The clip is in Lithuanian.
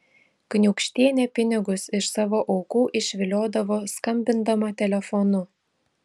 kniūkštienė pinigus iš savo aukų išviliodavo skambindama telefonu